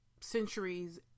centuries